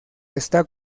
está